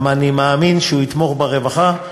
כי אני מאמין שהוא יתמוך ברווחה.